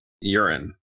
urine